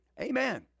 Amen